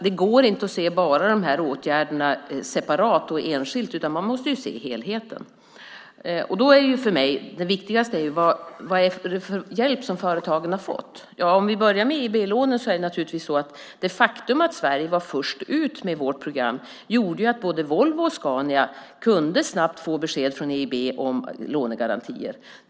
Det går inte att se åtgärderna separat och enskilt, utan man måste se helheten. För mig är det viktigaste vad det är för hjälp som företagen har fått. Om vi börjar med EIB-lånen gjorde det faktum att Sverige var först ut med vårt program att både Volvo och Scania snabbt kunde få besked från EIB om lånegarantier.